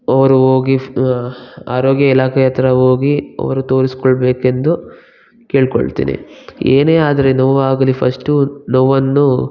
ಅವರು ಹೋಗಿ ಫ್ ಆರೋಗ್ಯ ಇಲಾಖೆ ಹತ್ರ ಹೋಗಿ ಅವರು ತೋರಿಸಿಕೊಳ್ಬೇಕೆಂದು ಕೇಳ್ಕೊಳ್ತೀನಿ ಏನೇ ಆದರೆ ನೋವಾಗಲಿ ಫಸ್ಟು ನೋವನ್ನು